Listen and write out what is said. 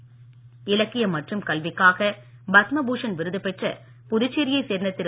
பத்ம பூஷன் இலக்கியம் மற்றும் கல்விக்காக பத்ம பூஷன் விருது பெற்ற புதுச்சேரியை சேர்ந்த திரு